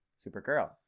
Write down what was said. Supergirl